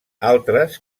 altres